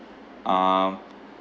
uh